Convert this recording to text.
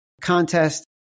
contest